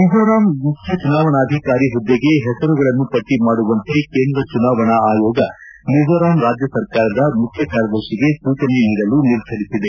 ಮಿಜೋರಾಂ ಮುಖ್ಯ ಚುನಾವಣಾಧಿಕಾರಿ ಹುದ್ದೆಗೆ ಹೆಸರುಗಳನ್ನು ಪಟ್ಟ ಮಾಡುವಂತೆ ಕೇಂದ್ರ ಚುನಾವಣಾ ಆಯೋಗ ಮಿಜೋರಾಂ ರಾಜ್ಯ ಸರ್ಕಾರದ ಮುಖ್ಯ ಕಾರ್ಯದರ್ಶಿಗೆ ಸೂಚನೆ ನೀಡಲು ನಿರ್ಧರಿಸಿದೆ